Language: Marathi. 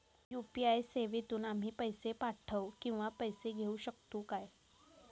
यू.पी.आय सेवेतून आम्ही पैसे पाठव किंवा पैसे घेऊ शकतू काय?